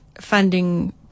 funding